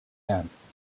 ernst